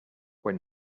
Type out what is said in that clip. when